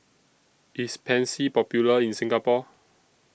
IS Pansy Popular in Singapore